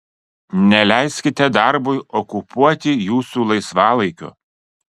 neleiskite darbui okupuoti jūsų laisvalaikio